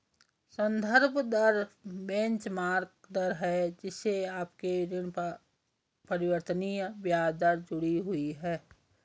संदर्भ दर बेंचमार्क दर है जिससे आपके ऋण पर परिवर्तनीय ब्याज दर जुड़ी हुई है